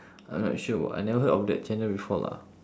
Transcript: I'm not sure wha~ I never heard of that channel before lah